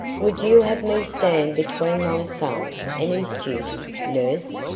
would you have me stand between my son and his duty, nurse?